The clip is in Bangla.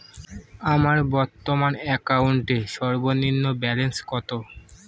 আমার বর্তমান অ্যাকাউন্টের সর্বনিম্ন ব্যালেন্স কত?